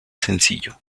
sencillo